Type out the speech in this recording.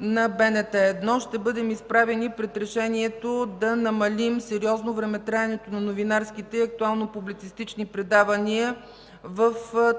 на БНТ 1. Ще бъдем изправени пред решението да намалим сериозно времетраенето на новинарските и актуално-публицистични предавания в